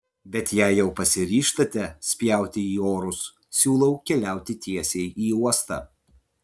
bet jei jau pasiryžtate spjauti į orus siūlau keliauti tiesiai į uostą